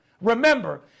remember